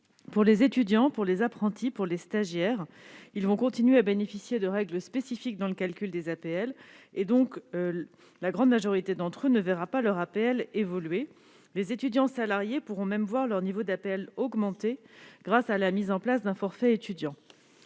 Les étudiants, les apprentis, les stagiaires, vont continuer à bénéficier de règles spécifiques pour le calcul des APL. Dans leur grande majorité, ils ne verront pas leur APL évoluer. Les étudiants salariés pourront même voir leur APL augmenter grâce à la mise en place d'un forfait étudiant.